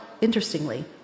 interestingly